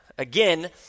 Again